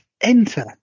enter